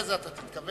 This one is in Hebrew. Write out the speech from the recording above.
אחרי זה אתה תתכוון.